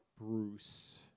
Bruce